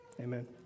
Amen